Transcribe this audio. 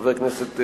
חברות וחברי הכנסת,